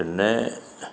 പിന്നെ